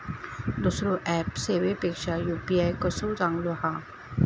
दुसरो ऍप सेवेपेक्षा यू.पी.आय कसो चांगलो हा?